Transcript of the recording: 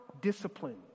discipline